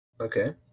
Okay